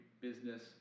business